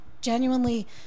genuinely